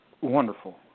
Wonderful